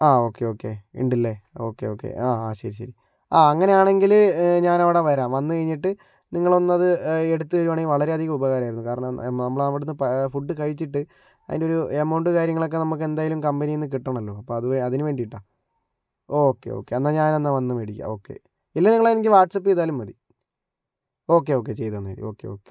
ആ okay okay ഉണ്ടല്ലേ okay okay ആ ആ ശരി ശരി ആ അങ്ങനെയാണെങ്കിൽ ഞാനവിടെ വരാം വന്നു കഴിഞ്ഞിട്ട് നിങ്ങളൊന്നത് എടുത്തു തരികയാണെങ്കിൽ വളരെ അധികം ഉപകാരമായിരുന്നു കാരണം നമ്മൾ അവിടെ നിന്ന് ഫുഡ് കഴിച്ചിട്ട് അതിൻ്റെ ഒരു എമൗണ്ട് കാര്യങ്ങളൊക്കെ നമ്മൾക്ക് എന്തായാലും കമ്പനിയിൽ നിന്ന് കിട്ടണമല്ലോ അപ്പോൾ അതിനു വേണ്ടിയിട്ടാണ് ഓക്കെ ഓക്കെ എന്നാൽ ഞാനെന്നാൽ വന്ന് മേടിക്കാം ഓക്കെ ഇല്ലെങ്കിൽ നിങ്ങളെനിക്ക് വാട്സപ്പ് ചെയ്താലും മതി ഓക്കെ ഓക്കെ ചെയ്തു തന്നേര് ഓക്കെ ഓക്കെ